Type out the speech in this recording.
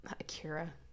Akira